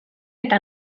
eta